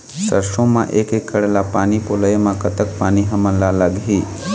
सरसों म एक एकड़ ला पानी पलोए म कतक पानी हमन ला लगही?